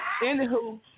Anywho